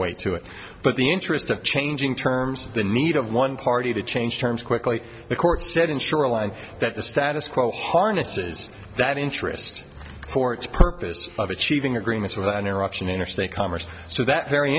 way to it but the interest of changing terms the need of one party to change terms quickly the court said ensure a line that the status quo harnesses that interest for its purpose of achieving agreements with an interruption interstate commerce so that very